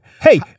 Hey